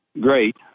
great